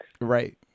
Right